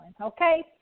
okay